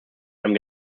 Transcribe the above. einem